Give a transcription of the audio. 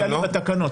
זה --- בתקנות.